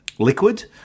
Liquid